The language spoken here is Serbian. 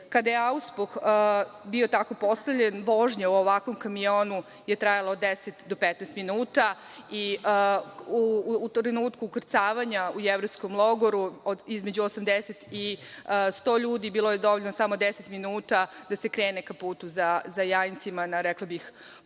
smrti. Auspuh je bio tako postavljen i vožnja u ovom kamionu je trajala 10 do 15 minuta i u trenutku ukrcavanja u jevrejskom logoru, između 80 i 100 ljudi, bilo je dovoljno samo 10 minuta da se krene ka putu za Jajince, rekla bih,